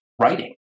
writing